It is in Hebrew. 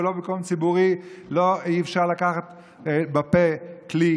ולא במקום ציבורי אי-אפשר לקחת לפה כלי